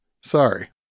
Sorry